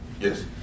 Yes